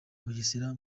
bugesera